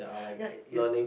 ya it's